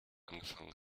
angefangen